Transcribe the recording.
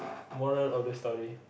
moral of the story